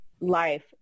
life